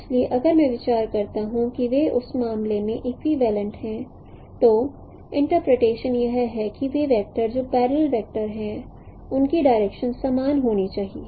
इसलिए अगर मैं विचार करता हूं कि वे उस मामले में इक्विवलेंट हैं तो इंटरप्रिटेशन यह है कि वे वैक्टर जो पैरलल वैक्टर हैं उनकी डायरेक्शंस समान होनी चाहिए